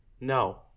No